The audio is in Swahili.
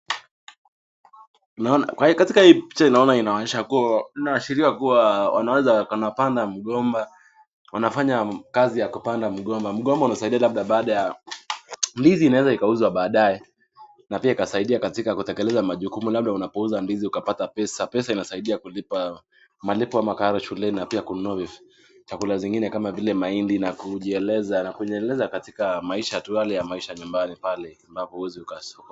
Ona. Kwa hiyo katika hii picha naona inaonyesha, inaashiria kuwa wanaweza wakapanda mgomba. Wanafanya kazi ya kupanda mgomba. Mgomba unasaidia labda baada ya ndizi inaweza ikauzwa baadaye na pia ikasaidia katika kutekeleza majukumu. Labda unapouza ndizi ukapata pesa. Pesa inasaidia kulipa malipo ama karo shuleni na pia kununua vyakula zingine kama vile mahindi na kujieleza na kunyenyekeza katika maisha tu yale ya maisha nyumbani pale ambapo huwezi uka.